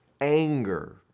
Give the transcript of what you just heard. anger